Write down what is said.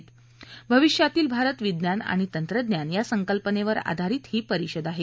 भविष्यातील भारतः विज्ञान आणि तंत्रज्ञान या संकल्पनेवर आधारीत हे परिषद आहे